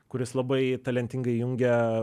kuris labai talentingai jungia